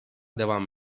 devam